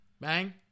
Bang